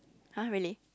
!huh! really